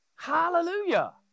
Hallelujah